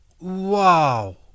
Wow